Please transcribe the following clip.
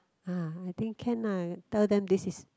uh I think can lah tell them this is